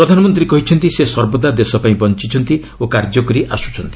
ପ୍ରଧାନମନ୍ତ୍ରୀ କହିଛନ୍ତି ସେ ସର୍ବଦା ଦେଶ ପାଇଁ ବଞ୍ଚିଛନ୍ତି ଓ କାର୍ଯ୍ୟ କରି ଆସୁଛନ୍ତି